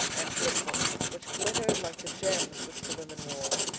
and crystal which glittered like the gems which the women wore.